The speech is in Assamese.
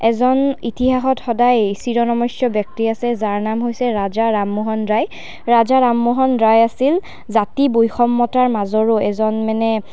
এজন ইতিহাসত সদায় চিৰনমস্য ব্যক্তি আছে যাৰ নাম হৈছে ৰাজা ৰামমোহন ৰায় ৰাজা ৰামমোহন ৰায় আছিল জাতি বৈষম্যতাৰ মাজৰো এজন মানে